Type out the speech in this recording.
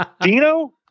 Dino